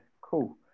Cool